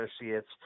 Associates